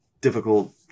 difficult